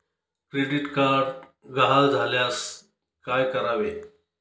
Credit card गहाळ झाल्यास काय करावे?